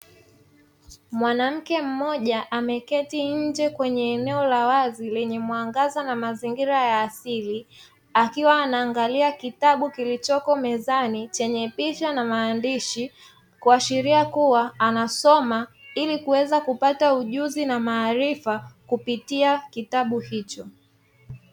Mwanamke mmoja ameketi nje kwenye eneo la wazi lenye mwangaza na mazingira ya asili, akiwa anaangalia kitabu kilichoko mezani chenye picha na maandishi kuashiria kua anasoma ili kuweza kupata ujuzi na maarifa kupitia kitabu hicho.